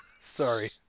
Sorry